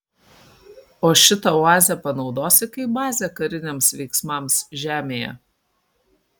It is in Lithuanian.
o šitą oazę panaudosi kaip bazę kariniams veiksmams žemėje